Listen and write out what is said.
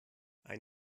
ein